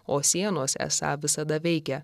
o sienos esą visada veikia